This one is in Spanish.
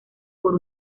por